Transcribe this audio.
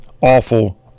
awful